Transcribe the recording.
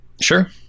Sure